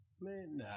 Man